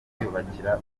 kwiyubakira